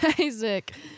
Isaac